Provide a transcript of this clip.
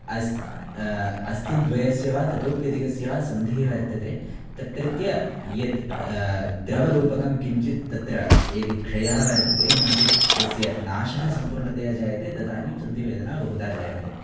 अस् अस्थिद्वयस्य वा ततोऽपि अधिकस्य वा सन्धिः वर्तते तत्रत्यं यत् द्रवरूपकं किञ्चित् तत्र यदि क्षयः वर्तते नोचेत् तस्य नाशः सम्पूर्णतया जायते तदानीं सन्धिवेदना बहुधा जायते